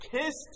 kissed